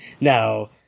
Now